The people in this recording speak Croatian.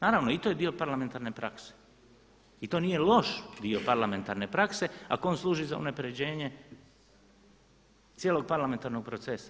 Naravno i to je dio parlamentarne prakse i to nije loš dio parlamentarne prakse ako služi za unapređenje cijelog parlamentarnog procesa.